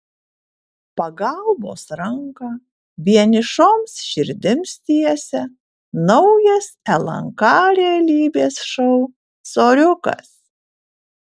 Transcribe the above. pagalbos ranką vienišoms širdims tiesia naujas lnk realybės šou soriukas